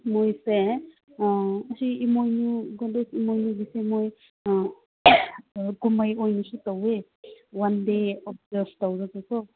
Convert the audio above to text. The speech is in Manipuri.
ꯃꯣꯏꯁꯦ ꯑꯁꯤ ꯏꯃꯣꯏꯅꯨ ꯒꯣꯗꯦꯁ ꯏꯃꯣꯏꯅꯨꯒꯤꯁꯦ ꯃꯣꯏ ꯀꯨꯝꯃꯩ ꯑꯣꯏꯅꯁꯨ ꯇꯧꯋꯦ ꯋꯥꯟ ꯗꯦ ꯑꯣꯕꯖꯥꯞ ꯇꯧꯔꯒꯀꯣ